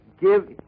give